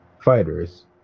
fighters